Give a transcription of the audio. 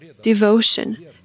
devotion